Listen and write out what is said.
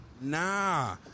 nah